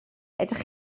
ydych